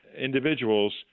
individuals